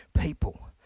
people